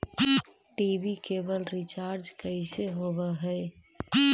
TV केवल recharge कैसे होब हइ?